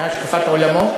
עם השקפת עולמו,